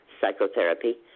psychotherapy